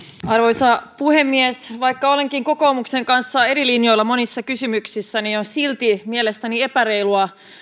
arvoisa puhemies vaikka olenkin kokoomuksen kanssa eri linjoilla monissa kysymyksissä niin on silti mielestäni epäreilua